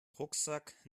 rucksack